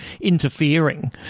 interfering